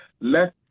let